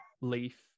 Leaf